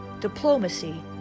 diplomacy